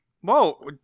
Whoa